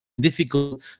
Difficult